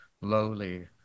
lowly